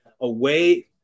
away